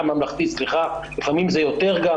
לפעמים זה יותר,